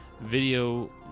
video